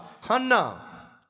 Hanna